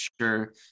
sure